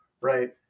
right